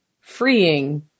freeing